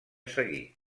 seguir